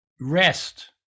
rest